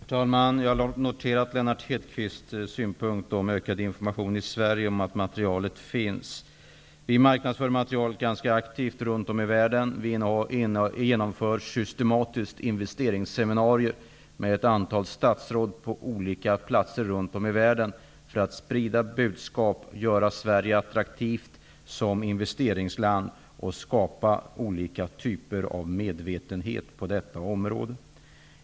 Herr talman! Jag har noterat Lennart Hedquists synpunkt om ökad information i Sverige om att materialet finns. Vi marknadsför materialet ganska aktivt runt om i världen. Vi genomför systematiskt investeringsseminarier med ett antal statsråd på olika platser runt om i världen för att sprida budskapet, göra Sverige attraktivt som investeringsland och för att skapa medvetenhet på detta område.